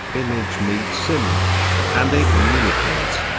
image meets image, and they communicate.